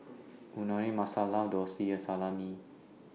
Unagi Masala Dosa and Salami